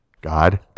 God